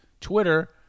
Twitter